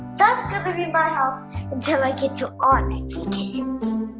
that's going to be my house until i get to onyx kids.